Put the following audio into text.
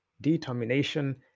determination